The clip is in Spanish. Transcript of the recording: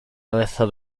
cabeza